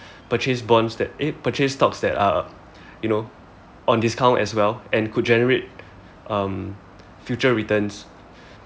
purchase bonds that eh purchase stocks that are you know on discount as well and could generate um future returns